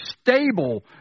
stable